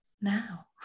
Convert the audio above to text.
now